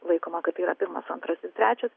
laikoma kad tai yra pirmas antras ir trečias